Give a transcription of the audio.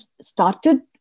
started